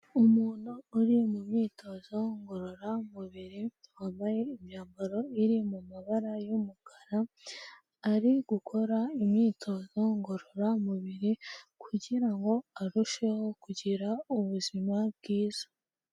Umuntu uri mu myitozo ngororamubiri wambaye imyambaro iri mu mabara y'umukara ari gukora imyitozo ngororamubiri kugira ngo arusheho kugira ubuzima bwiza.